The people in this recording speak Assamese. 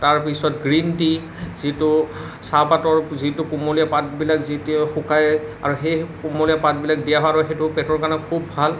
তাৰ পিছত গ্ৰীণ টি যিটো চাহপাতৰ যিটো কুমলীয়া পাতবিলাক যিটো শুকাই আৰু সেই কুমলীয়া পাতবিলাক দিয়া হয় আৰু সেইটো পেটৰ কাৰণে খুব ভাল